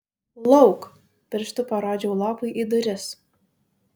lauk pirštu parodžiau lopui į duris